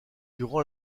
durant